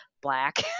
black